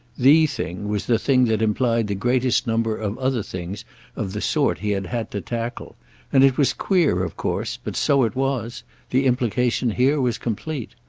the thing was the thing that implied the greatest number of other things of the sort he had had to tackle and it was queer of course, but so it was the implication here was complete.